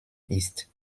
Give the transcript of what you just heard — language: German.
ist